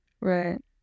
Right